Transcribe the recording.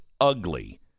ugly